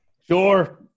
Sure